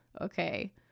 okay